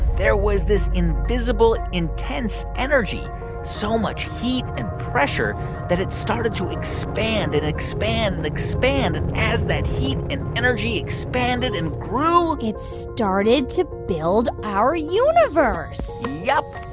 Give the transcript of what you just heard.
there was this invisible, intense energy so much heat and pressure that it started to expand and expand and expand. and as that heat and energy expanded and grew. it started to build our universe yup.